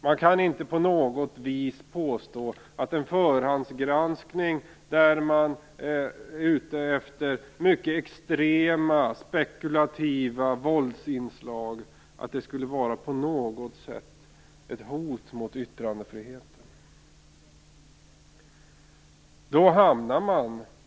Man kan inte på något vis påstå att en förhandsgranskning där man är ute efter mycket extrema spekulativa våldsinslag på något sätt skulle vara ett hot mot yttrandefriheten.